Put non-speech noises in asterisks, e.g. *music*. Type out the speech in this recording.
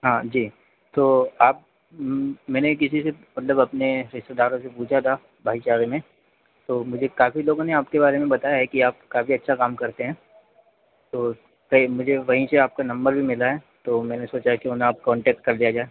हाँ जी तो आप मैंने किसी से मतलब अपने रिश्तेदारों से पूछा था भाईचारे में तो मुझे काफ़ी लोगों ने आपके बारे में बताया है कि आप काफ़ी अच्छा काम करते हैं तो *unintelligible* मुझे वहीं से आपका नम्बर भी मिला है तो मैंने सोचा क्यों ना आपको कॉन्टैक्ट कर लिया जाए